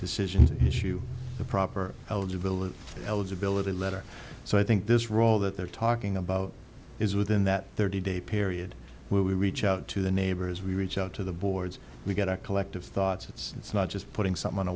decisions issue the proper eligibility eligibility letter so i think this role that they're talking about is within that thirty day period where we reach out to the neighbors we reach out to the boards we get our collective thoughts it's not just putting something on a